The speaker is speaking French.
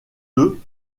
deux